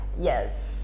Yes